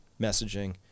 messaging